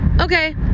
okay